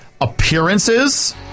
appearances